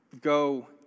go